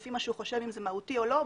לפי מה שהוא חושב אם זה מהותי או לא,